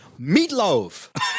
Meatloaf